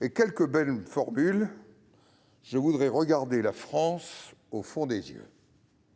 -et quelques belles formules, comme :« Je voudrais regarder la France au fond des yeux.